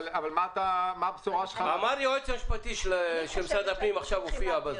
אבל מה הבשורה שלך --- היועץ המשפטי של משרד הפנים שעכשיו הופיע בזום